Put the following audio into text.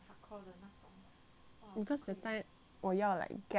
because that time 我要 like get my abs fast mah